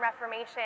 Reformation